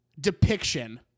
depiction